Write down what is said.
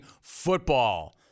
football